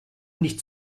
nicht